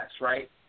right